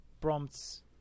prompts